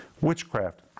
witchcraft